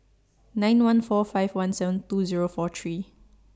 nine one four five one seven two Zero four three